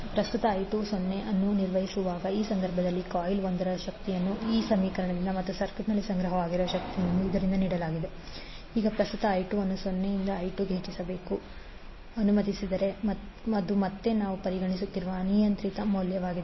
ಪ್ರಸ್ತುತ i2 0 ಅನ್ನು ನಿರ್ವಹಿಸುವಾಗ ಆ ಸಂದರ್ಭದಲ್ಲಿ ಕಾಯಿಲ್ ಒಂದರಲ್ಲಿನ ಶಕ್ತಿಯನ್ನು p1tv1i1i1L1di1dt ಮತ್ತು ಸರ್ಕ್ಯೂಟ್ನಲ್ಲಿ ಸಂಗ್ರಹವಾಗಿರುವ ಶಕ್ತಿಯನ್ನು ಇವರಿಂದ ನೀಡಲಾಗುತ್ತದೆ w1p1dtL10I1i1dt12L1I12 ಈಗ ಪ್ರಸ್ತುತ i2 ಅನ್ನು 0 ರಿಂದ I2 ಗೆ ಹೆಚ್ಚಿಸಲು ಅನುಮತಿಸಿದರೆ ಅದು ಮತ್ತೆ ನಾವು ಪರಿಗಣಿಸುತ್ತಿರುವ ಅನಿಯಂತ್ರಿತ ಮೌಲ್ಯವಾಗಿದೆ